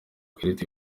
karita